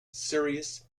serious